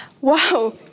Wow